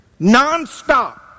nonstop